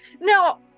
Now